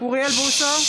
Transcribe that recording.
אוריאל בוסו,